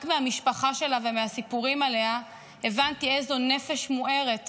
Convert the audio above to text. רק מהמשפחה שלה ומהסיפורים עליה הבנתי איזו נפש מוארת